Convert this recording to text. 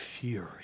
fury